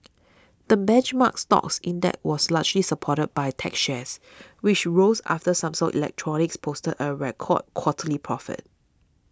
the benchmark stocks index was largely supported by tech shares which rose after Samsung Electronics posted a record quarterly profit